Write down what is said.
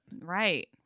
Right